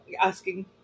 asking